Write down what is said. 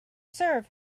serve